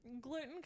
Gluten